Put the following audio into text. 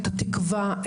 את התקווה,